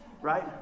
Right